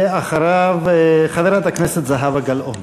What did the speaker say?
ואחריו, חברת הכנסת זהבה גלאון.